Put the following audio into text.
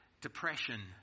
depression